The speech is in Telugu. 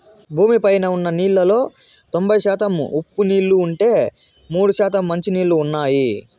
భూమి పైన ఉన్న నీళ్ళలో తొంబై శాతం ఉప్పు నీళ్ళు ఉంటే, మూడు శాతం మంచి నీళ్ళు ఉన్నాయి